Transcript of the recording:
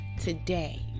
today